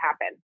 happen